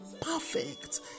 perfect